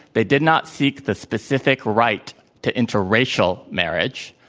they did not seek the specific right to interracial marriage.